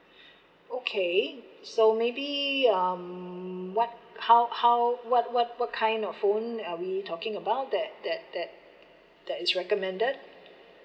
okay so maybe um what how how what what what kind of phone are we talking about that that that that is recommended